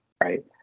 right